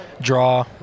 draw